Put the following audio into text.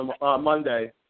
Monday